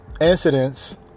incidents